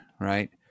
right